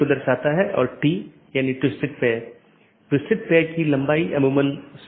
इसके बजाय हम जो कह रहे हैं वह ऑटॉनमस सिस्टमों के बीच संचार स्थापित करने के लिए IGP के साथ समन्वय या सहयोग करता है